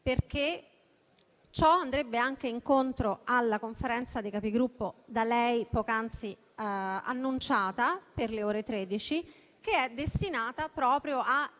Aula. Ciò andrebbe anche incontro alla Conferenza dei Capigruppo da lei poc'anzi annunciata per le ore 13 di domani, che è destinata proprio a